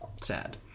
sad